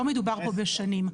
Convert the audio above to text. לא מדובר פה בשנים.